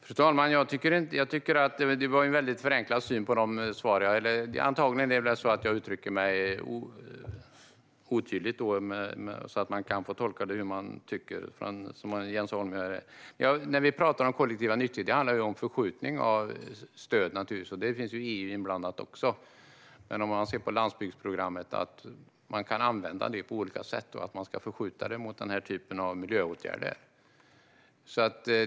Fru talman! Det var en väldigt förenklad syn på mina svar. Antagligen uttryckte jag mig otydligt eftersom Jens Holm har tolkat det som han vill. När det gäller kollektiva nyttigheter handlar det om en förskjutning av stöd, och här är EU också inblandat. Men landsbygdsprogrammet kan användas på olika sätt, och vi tycker att det ska förskjutas mot denna typ av miljöåtgärder.